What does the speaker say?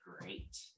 great